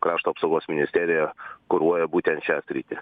krašto apsaugos ministerija kuruoja būtent šią sritį